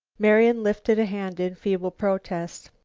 marian lifted a hand in feeble protest.